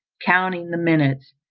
counting the minutes,